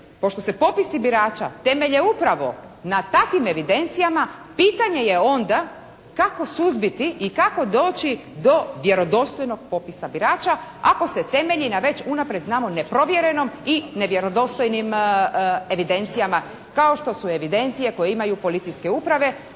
pošto se popisi birača temelje upravo na takvim evidencijama pitanje je onda kako suzbiti i kako doći do vjerodostojnog popisa birača ako se temelji na već unaprijed znamo neprovjerenom i nevjerodostojnim evidencijama kao što su evidencije koje imaju Policijske uprave